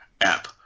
app